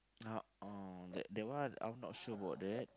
uh oh that that one I'm not sure about that